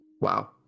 Wow